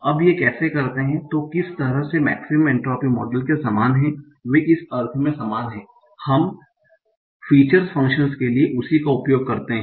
अब वे कैसे हैं तो वे किस तरह से मेक्सिमम एंट्रोपी मॉडल के समान हैं वे इस अर्थ में समान हैं कि हम फीचर फंक्शन्स के लिए उसी का उपयोग करते हैं